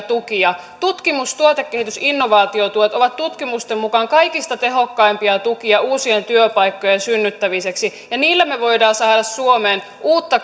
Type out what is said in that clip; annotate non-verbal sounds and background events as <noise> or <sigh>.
<unintelligible> tukia tutkimus tuotekehitys ja innovaatiotuet ovat tutkimusten mukaan kaikista tehokkaimpia tukia uusien työpaikkojen synnyttämiseksi ja niillä me voimme saada suomeen uutta <unintelligible>